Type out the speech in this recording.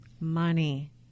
Money